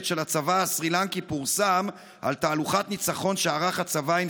של הצבא הסרי לנקי פורסם על תהלוכת ניצחון שערך הצבא עם